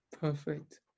perfect